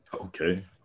Okay